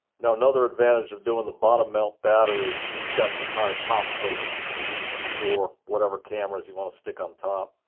now another advantage of doing the bottom mount battery is you've got the entire top plate for whatever cameras you want to stick on top.